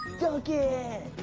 dunk it.